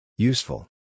Useful